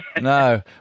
No